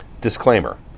Disclaimer